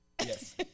Yes